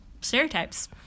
stereotypes